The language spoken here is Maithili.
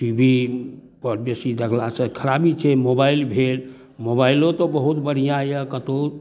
टी वी पर बेसी देखलासँ खराबी भेल मोबाइल भेल मोबाइलो तऽ बहुत बढ़िआँ यऽ कतौ